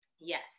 yes